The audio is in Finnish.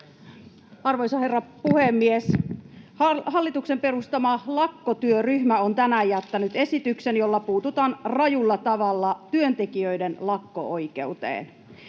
Arvoisa herra puhemies! Hallituksen perustama lakkotyöryhmä on tänään jättänyt esityksen, jolla puututaan rajulla tavalla työntekijöiden lakko-oikeuteen.